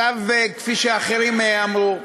כפי שאחרים אמרו,